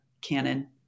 canon